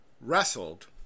wrestled